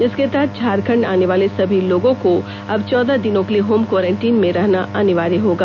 इसके तहत झारखंड आनेवाले सभी लोगों को अब चौदह दिनों के लिए होम क्वारेंटीन में रहना अनिवार्य होगा